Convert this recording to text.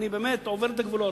אני באמת עובר את הגבולות.